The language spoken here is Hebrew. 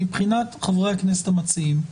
מבחינת חברי הכנסת המציעים?